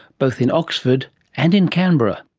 both in oxford and in canberra.